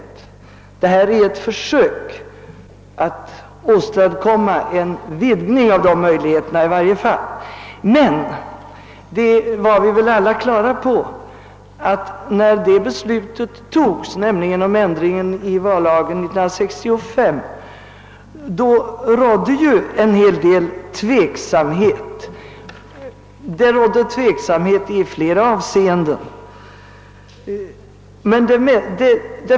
Detta är i varje fall ett försök att åstadkomma en vidgning av dessa möjligheter, men vi alla var väl på det klara med att det när det beslutades om ändring av vallagen 1965 rådde tveksamhet i flera avseenden.